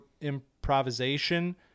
improvisation